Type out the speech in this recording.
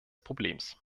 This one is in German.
problems